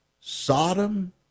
Sodom